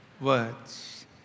words